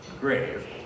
grave